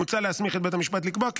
מוצע להסמיך את בית המשפט לקבוע כי